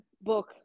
book